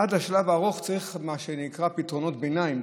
עד השלב האחרון צריך לתת פתרונות ביניים,